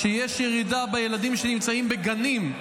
יש ירידה בילדים שנמצאים בגנים,